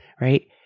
right